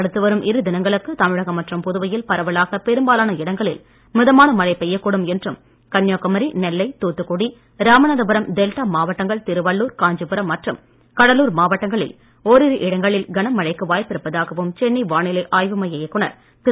அடுத்து அவரும் இரு தினங்களுக்கு தமிழகம் மற்றும் புதுவையில் பரவலாக பெரும்பாலான இடங்களில் மிதமான மழை பெய்யக்கூடும் என்றும் கன்னியாகுமரி நெல்லை தூத்துக்குடி ராமநாதபுரம் டெல்டா மாவட்டங்கள் திருவள்ளுர் காஞ்சிபுரம் மற்றும் கடலூர் மாவட்டங்களில் ஓரிரு இடங்களில் கனமழைக்கு வாய்ப்பிருப்பதாகவும் சென்னை வானிலை ஆய்வு மைய இயக்குநர் திரு